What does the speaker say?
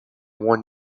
one